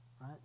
Right